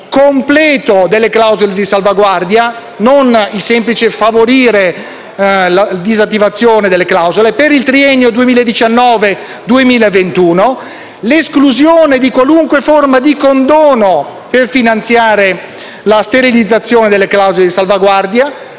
completo delle clausole di salvaguardia - non il semplice favorire la disattivazione delle clausole - per il triennio 2019-2021; l'esclusione di qualunque forma di condono per finanziare la sterilizzazione delle clausole di salvaguardia